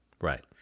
Right